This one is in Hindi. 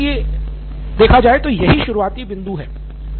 यही आपके लिए शुरुआती बिंदु है